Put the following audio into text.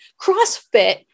CrossFit